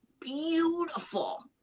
beautiful